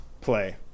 play